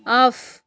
off